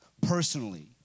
personally